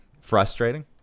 frustrating